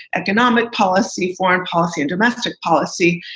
economic policy, foreign policy and domestic policy.